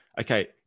okay